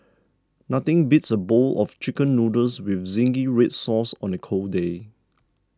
nothing beats a bowl of Chicken Noodles with Zingy Red Sauce on a cold day